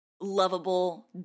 lovable